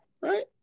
right